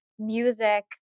music